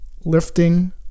lifting